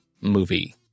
movie